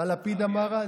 מה לפיד אמר אז?